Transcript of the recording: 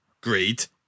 great